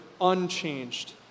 unchanged